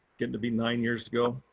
getting to be nine years ago.